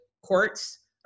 courts